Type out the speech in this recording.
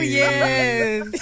yes